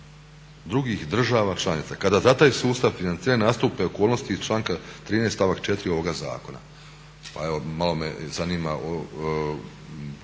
drugih država članica. Kada za taj sustav financiranja nastupe okolnosti iz članka 13.stavak 4.ovoga zakona." Pa evo malo me zanima